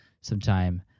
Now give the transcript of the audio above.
sometime